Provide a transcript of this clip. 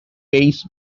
pace